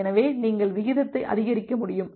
எனவே நீங்கள் விகிதத்தை அதிகரிக்க முடியும்